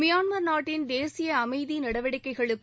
Myanmar நாட்டின் தேசிய அமைதி நடவடிக்கைகளுக்கு